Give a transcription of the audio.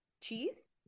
cheese